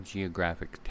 Geographic